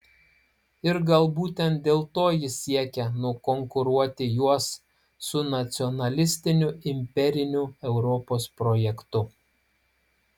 ir gal būtent dėl to jis siekia nukonkuruoti juos su nacionalistiniu imperiniu europos projektu